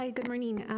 um good morning.